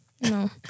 No